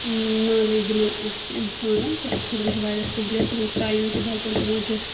knowledge یِمَن آسہِ اِنسانَن تمہِ خٲطرٕ چھِ واریاہ سہوٗلیت تِمَن چھُ ٹایم تہِ بَچان تِمَن چھِ